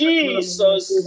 Jesus